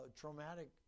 traumatic